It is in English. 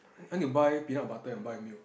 then you buy peanut butter and buy milk